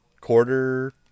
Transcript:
quarter-